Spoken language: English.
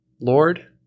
Lord